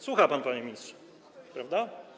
Słucha pan, panie ministrze, prawda?